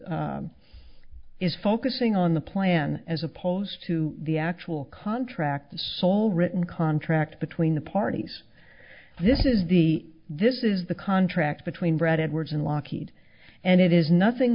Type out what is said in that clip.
is focusing on the plan as opposed to the actual contract the sole written contract between the parties this is the this is the contract between brad edwards and lockheed and it is nothing